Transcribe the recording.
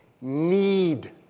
need